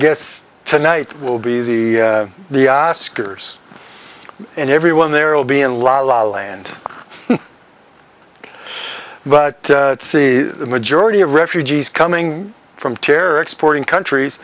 guess tonight will be the the asker's and everyone there will be in la la land but see the majority of refugees coming from terror exporting countries